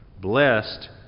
blessed